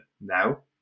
now